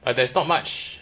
and there's not much